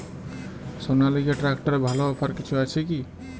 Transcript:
সনালিকা ট্রাক্টরে ভালো অফার কিছু আছে কি?